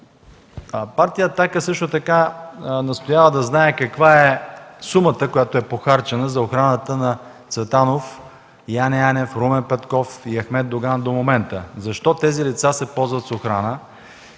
настоява също така да знае каква е сумата, похарчена за охраната на Цветанов, Янев, Румен Петков и Ахмед Доган до момента, защото тези лица се ползват с охрана?